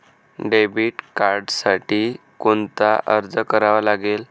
Debit कार्डसाठी कोणता अर्ज करावा लागेल?